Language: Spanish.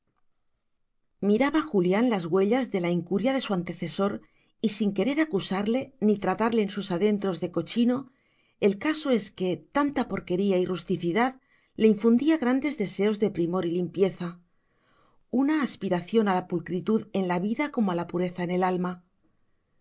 miraba julián las huellas de la incuria de su antecesor y sin querer acusarle ni tratarle en sus adentros de cochino el caso es que tanta porquería y rusticidad le infundía grandes deseos de primor y limpieza una aspiración a la pulcritud en la vida como a la pureza en el alma